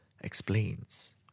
explains